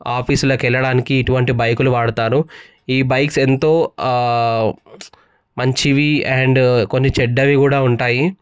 ఆఫీసులకు వెళ్ళడానికి ఇటువంటి బైకులు వాడుతారు ఈ బైక్స్ ఎంతో మంచివి అండ్ కొన్ని చెడ్డవి కూడా ఉంటాయి